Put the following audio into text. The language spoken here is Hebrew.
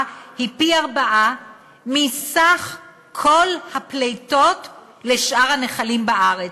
היא פי-ארבעה מסך כל הפליטות לשאר הנחלים בארץ.